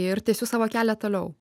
ir tęsiu savo kelią toliau